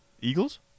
Eagles